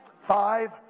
Five